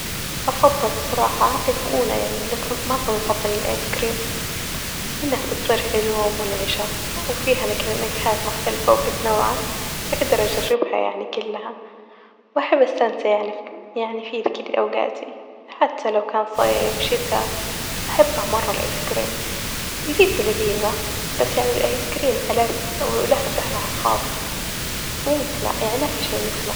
أفظل بصراحة المؤونة، ما تنظب مني الأيس كريم إنها بتصير حلوة ومنعشة ،وفيها نكه -نكهات مختلفة ومتنوعة أجدر أجربها يعني كلها ،وأحب أستمتع يعني في -في كل أوقاتي حتى لو كان صيف شتا أحبه مرة الأيس كريم .البيتزا لذيذة بس يعني الأيس كريم ألذ، وله سحره الخاص مومثله يعني مافي شيء مثله.